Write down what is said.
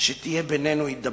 שתהיה בינינו הידברות,